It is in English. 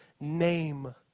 name